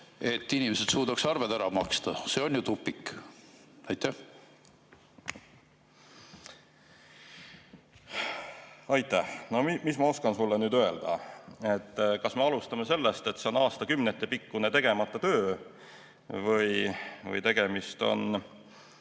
et inimesed suudaksid arved ära maksta. See on ju tupik. (Ohkab.) Aitäh! No mis ma oskan sulle öelda? Kas me alustame sellest, et see on aastakümnetepikkune tegemata töö, või et tegemist on